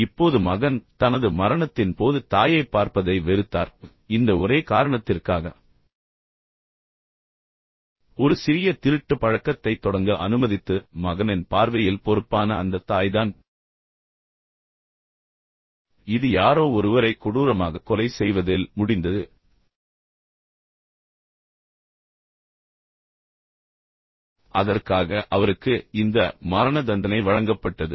இப்போது மகன் தனது மரணத்தின் போது தாயைப் பார்ப்பதை வெறுத்தார் இந்த ஒரே காரணத்திற்காக ஒரு சிறிய திருட்டு பழக்கத்தைத் தொடங்க அனுமதித்தது மகனின் பார்வையில் பொறுப்பான அந்த அந்த தாய்தான் இது யாரோ ஒருவரை கொடூரமாக கொலை செய்வதில் முடிந்தது அதற்காக அவருக்கு இந்த மரண தண்டனை வழங்கப்பட்டது